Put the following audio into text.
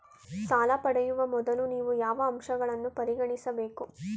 ಸಾಲ ಪಡೆಯುವ ಮೊದಲು ನೀವು ಯಾವ ಅಂಶಗಳನ್ನು ಪರಿಗಣಿಸಬೇಕು?